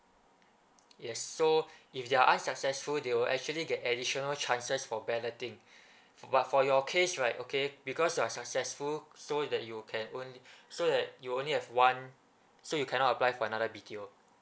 yes so if they're unsuccessful they will actually get additional chances for balloting but for your case right okay because you're successful so that you can only so that you only have one so you cannot apply for another B_T_O